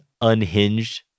unhinged